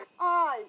eyes